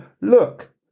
look